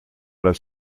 das